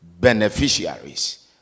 beneficiaries